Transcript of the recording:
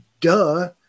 duh